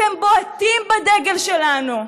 אתם בועטים בדגל שלנו,